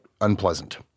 unpleasant